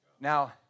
Now